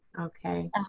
Okay